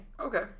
Okay